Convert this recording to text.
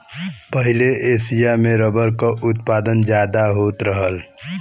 पहिले एसिया में रबर क उत्पादन जादा होत रहल